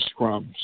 scrums